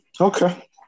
Okay